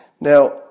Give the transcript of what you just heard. Now